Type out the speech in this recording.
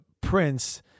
prince